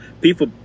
people